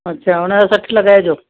अच्छा हुनजो सठि लॻाइजो